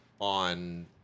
on